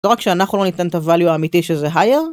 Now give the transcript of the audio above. לא רק שאנחנו לא ניתן את הvalue האמיתי שזה higher